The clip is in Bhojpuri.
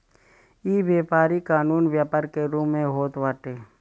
इ व्यापारी कानूनी व्यापार के रूप में होत बाटे